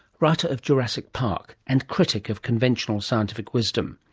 writer of jurassic park and critic of conventional scientific wisdom.